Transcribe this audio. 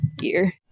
year